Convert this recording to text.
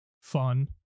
fun